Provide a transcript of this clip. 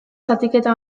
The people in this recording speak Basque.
zatiketa